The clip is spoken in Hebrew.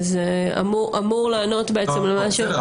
וזה אמור לענות בעצם למה --- בסדר.